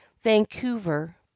Vancouver